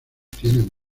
tienen